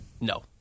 No